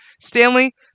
Stanley